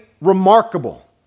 remarkable